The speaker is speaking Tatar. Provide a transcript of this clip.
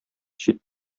чит